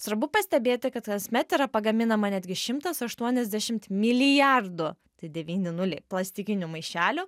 svarbu pastebėti kad kasmet yra pagaminama netgi šimtas aštuoniasdešimt milijardų tai devyni nuliai plastikinių maišelių